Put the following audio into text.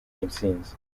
intsinzi